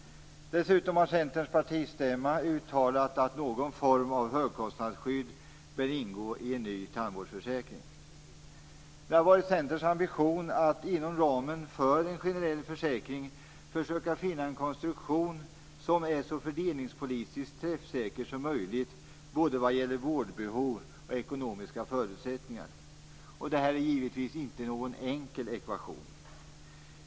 Dessutom har Centerns partistämma uttalat att någon form av högkostnadsskydd bör ingå i en ny tandvårdsförsäkring. Det har varit Centerns ambition att inom ramen för en generell försäkring försöka finna en konstruktion som är så fördelningspolitiskt träffsäker som möjligt både vad gäller vårdbehov och ekonomiska förutsättningar. Det är givetvis ingen enkel ekvation.